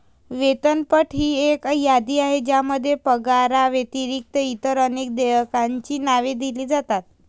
वेतनपट ही एक यादी आहे ज्यामध्ये पगाराव्यतिरिक्त इतर अनेक देयकांची नावे दिली जातात